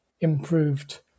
improved